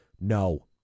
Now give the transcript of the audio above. No